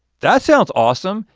that sounds awesome.